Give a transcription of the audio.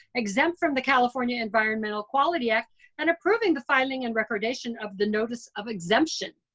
exempt from the california environmental quality act and approving the filing and recordation of the notice of exemption.